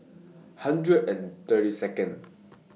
hundred and thirty Second